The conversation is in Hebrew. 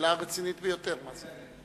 שאלה רצינית ביותר, מה זה?